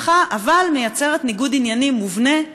על שני משרדים שנמצאים בניגוד עניינים מובנה,